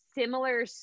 similar